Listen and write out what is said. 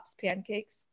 pancakes